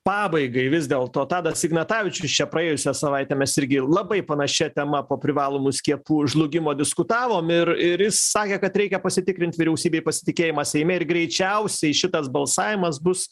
pabaigai vis dėlto tadas ignatavičius čia praėjusią savaitę mes irgi labai panašia tema po privalomų skiepų žlugimo diskutavom ir ir jis sakė kad reikia pasitikrint vyriausybei pasitikėjimą seime ir greičiausiai šitas balsavimas bus